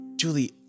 Julie